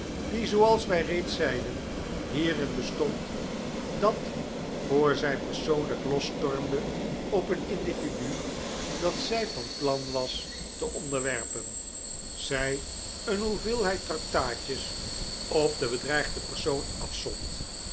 die zooals wij reeds zeiden hierin bestond dat voor zij persoonlijk losstormde op een individu dat zij van plan was te onderwerpen zij een hoeveelheid tractaatjes op de bedreigde persoon afzond